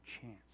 chance